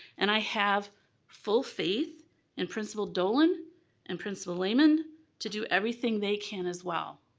and i have full faith in principal dolan and principal layman to do everything they can as well.